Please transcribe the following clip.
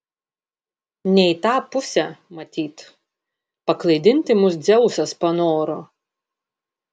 ne į tą pusę matyt paklaidinti mus dzeusas panoro